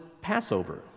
Passover